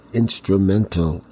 instrumental